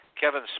Kevin